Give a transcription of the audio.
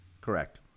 Correct